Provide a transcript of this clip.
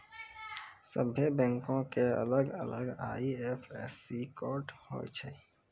सभ्भे बैंको के अलग अलग आई.एफ.एस.सी कोड होय छै